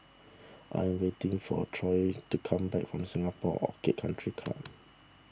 I am waiting for Toy to come back from Singapore Orchid Country Club